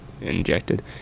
injected